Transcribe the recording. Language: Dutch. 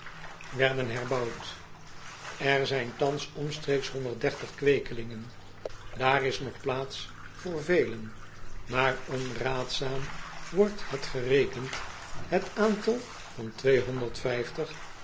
eel bouwd er zijn thans omstreeks kweekelingen daar is nog plaats voor velen maar onraadzaam wordt het gerekend het aantal van